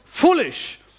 foolish